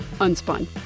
Unspun